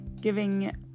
giving